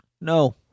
no